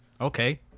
Okay